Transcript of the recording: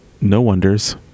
no-wonders